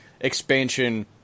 expansion